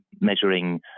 measuring